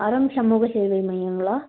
அறம் சமூக சேவை மையங்களா